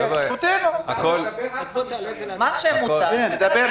החוק כנוסח